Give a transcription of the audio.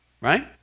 Right